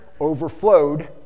overflowed